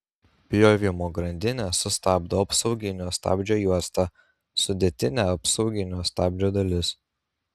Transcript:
pjovimo grandinę sustabdo apsauginio stabdžio juosta sudėtinė apsauginio stabdžio dalis